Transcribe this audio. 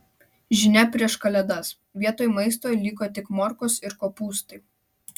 žinia prieš kalėdas vietoj maisto liko tik morkos ir kopūstai